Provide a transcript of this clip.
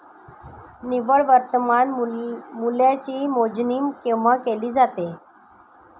निव्वळ वर्तमान मूल्याची मोजणी केव्हा केली जाते?